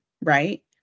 right